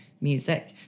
music